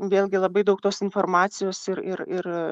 vėlgi labai daug tos informacijos ir ir ir